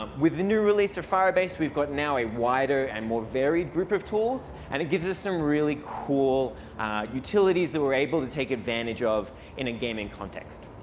um with the new release of firebase, we've got now a wider and more varied group of tools and it gives us some really cool utilities that we're able to take advantage of in a gaming context.